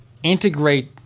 integrate